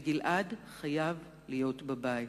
וגלעד חייב להיות בבית.